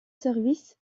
service